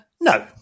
No